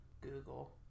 Google